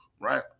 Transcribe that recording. right